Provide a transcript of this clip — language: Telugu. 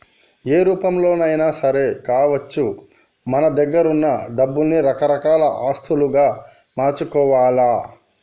ఏ రూపంలోనైనా సరే కావచ్చు మన దగ్గరున్న డబ్బుల్ని రకరకాల ఆస్తులుగా మార్చుకోవాల్ల